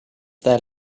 their